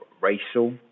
racial